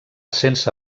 sense